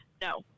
No